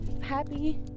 happy